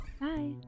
bye